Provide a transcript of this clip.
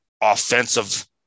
offensive